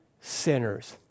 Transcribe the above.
sinners